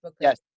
Yes